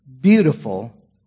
beautiful